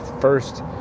first